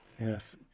Yes